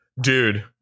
Dude